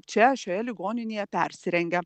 čia šioje ligoninėje persirengia